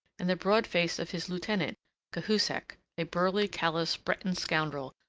and the broad face of his lieutenant cahusac, a burly, callous breton scoundrel,